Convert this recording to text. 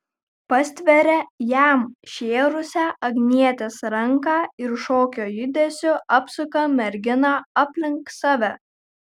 pastveria jam šėrusią agnietės ranką ir šokio judesiu apsuka merginą aplink save